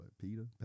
Peter